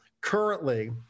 Currently